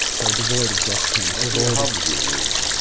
so devoid of doctrine. was he a hobbesian ian?